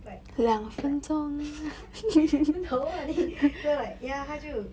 like like 你的头啊你 so like ya 他就